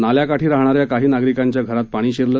नाल्याकाठी राहणाऱ्या काही नागरिकांच्या घरात पाणी शिरलं